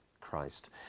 Christ